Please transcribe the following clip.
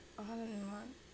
!alah!